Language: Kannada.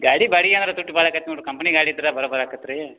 ಗಾಡಿ ಬಾಡಿಗೆ ಏನರ ಬಾಳಕೈತಿ ನೋಡು ಕಂಪ್ನಿ ಗಾಡಿ ಇದ್ರ ಭಾಳ ಭಾಳಕಾತ್ ರೀ